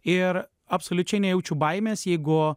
ir absoliučiai nejaučiu baimės jeigu